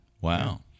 Wow